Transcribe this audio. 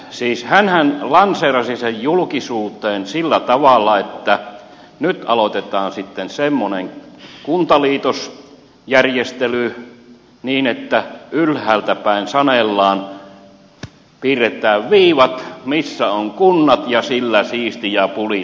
siis hänhän lanseerasi sen julkisuuteen sillä tavalla että nyt aloitetaan sitten semmoinen kuntaliitosjärjestely että ylhäältä päin sanellaan piirretään viivat missä ovat kunnat ja sillä siisti ja pulinat pois